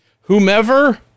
Whomever